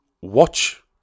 watch